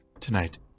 tonight